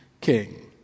king